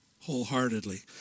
wholeheartedly